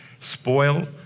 spoil